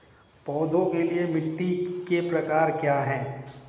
पौधों के लिए मिट्टी के प्रकार क्या हैं?